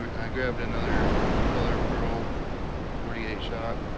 i grabbed another color pearl forty eight shot,